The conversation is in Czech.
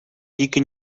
díky